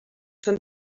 són